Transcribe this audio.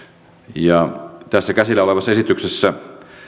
tässä käsillä olevassa esityksessä